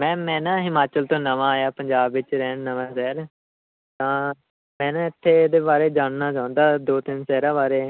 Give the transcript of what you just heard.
ma'am ਮੈਂ ਨਾ ਹਿਮਾਚਲ ਤੋਂ ਨਵਾਂ ਆਇਆ ਪੰਜਾਬ ਵਿੱਚ ਰਹਿਣ ਨਵਾਂ ਸ਼ਹਿਰ ਤਾਂ ਮੈਂ ਨਾ ਇੱਥੇ ਇਹਦੇ ਬਾਰੇ ਜਾਣਨਾ ਚਾਹੁੰਦਾ ਦੋ ਤਿੰਨ ਸ਼ਹਿਰਾਂ ਬਾਰੇ